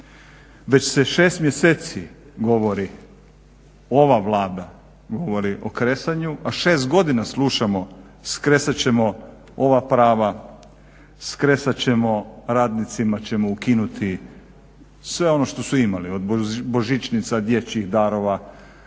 Već se 6 mjeseci govori, ova Vlada govori o kresanju, a 6 godina slušamo skresat ćemo ova prava, skresat ćemo radnicima ćemo ukinuti sve ono što su imali od božićnica, dječjih darova,